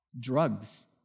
drugs